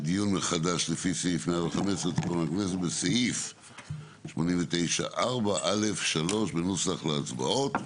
דיון מחדש לפי סעיף 115 לתקנון הכנסת בסעיף 89(4)(א)(3) בנוסח להצבעות.